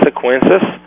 consequences